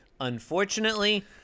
Unfortunately